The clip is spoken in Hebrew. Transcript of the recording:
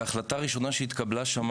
וההחלטה הראשונה שהתקבלה שם,